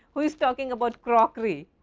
who is talking about crockery?